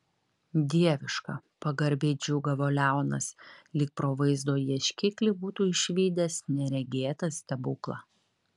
dieviška pagarbiai džiūgavo leonas lyg pro vaizdo ieškiklį būtų išvydęs neregėtą stebuklą